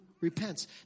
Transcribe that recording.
repents